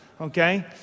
okay